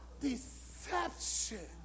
Deception